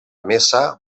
mesa